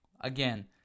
Again